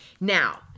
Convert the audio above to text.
Now